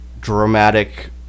dramatic